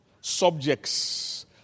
subjects